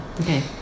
Okay